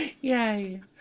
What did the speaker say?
Yay